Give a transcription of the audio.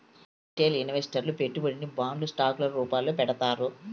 retail ఇన్వెస్టర్లు పెట్టుబడిని బాండ్లు స్టాక్ ల రూపాల్లో పెడతారు